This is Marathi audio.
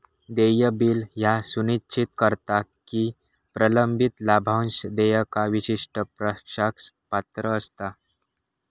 देय बिल ह्या सुनिश्चित करता की प्रलंबित लाभांश देयका विशिष्ट पक्षास पात्र असता